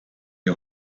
les